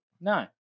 No